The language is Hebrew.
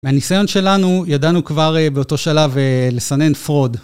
מהניסיון שלנו, ידענו כבר באותו שלב לסנן fraud.